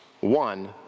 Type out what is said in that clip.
One